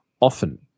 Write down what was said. often